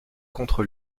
contre